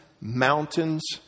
mountains